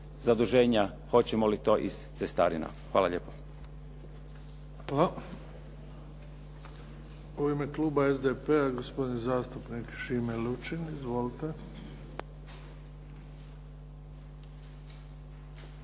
zaduženja, hoćemo li to iz cestarina. Hvala lijepo. **Bebić, Luka (HDZ)** Hvala. U ime kluba SDP-a, gospodin zastupnik Šime Lučin. Izvolite.